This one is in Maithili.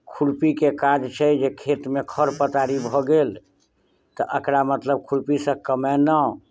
खुरपीके काज छै जे खेतमे खर पतारी भऽ गेल तऽ एकरा मतलब खुरपीसँ कमेलहुँ